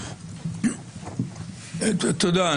תודה.